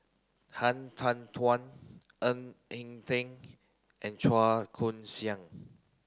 Han Tan Ng Eng Teng and Chua Koon Siong